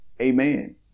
amen